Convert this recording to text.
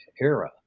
era